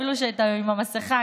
אפילו שאתה עם המסכה,